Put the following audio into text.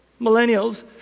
Millennials